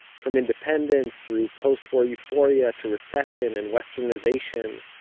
from independence through post-war euphoria to recession and westernization.